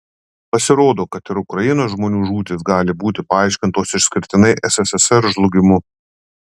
pasirodo kad ir ukrainos žmonių žūtys gali būti paaiškintos išskirtinai sssr žlugimu